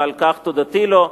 ועל כך תודתי לו,